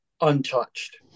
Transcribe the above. untouched